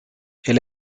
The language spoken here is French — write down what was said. elle